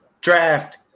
draft